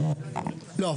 לא,